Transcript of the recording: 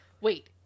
Wait